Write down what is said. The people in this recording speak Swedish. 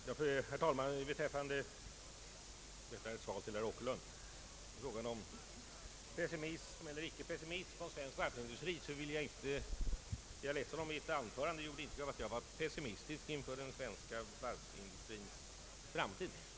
Herr talman! Som ett svar på herr Åkerlunds fråga huruvida jag var pessimistisk eller inte beträffande svensk varvsindustri vill jag anföra att jag är ledsen om mitt anförande gav intryck av att jag är pessimistisk inför den svenska varvsindustrins framtid.